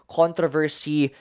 controversy